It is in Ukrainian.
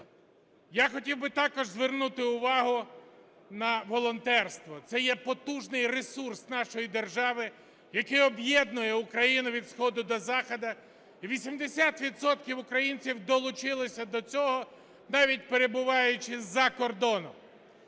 Я хотів би також звернути увагу на волонтерство. Це є потужний ресурс нашої держави, який об'єднує Україну від сходу до заходу, і 80 відсотків українців долучилися до цього, навіть перебуваючи за кордоном.